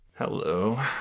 Hello